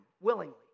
willingly